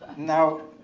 now